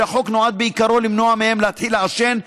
שהחוק נועד בעיקרו למנוע מהם להתחיל לעשן,